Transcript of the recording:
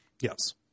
Yes